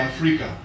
Africa